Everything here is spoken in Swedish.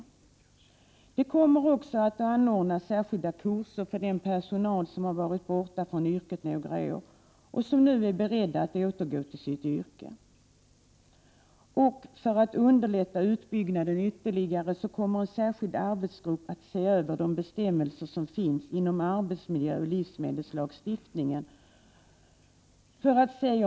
Särskilda kurser kommer att anordnas för den personal som har varit borta från yrket några år och som nu är beredd att återgå till sitt yrke. För att ytterligare underlätta utbyggnaden av daghem kommer en särskild arbetsgrupp att se över de bestämmelser som finns inom arbetsmiljöoch livsmedelslagstiftningen.